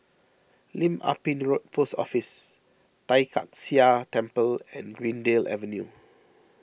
Lim Ah Pin Road Post Office Tai Kak Seah Temple and Greendale Avenue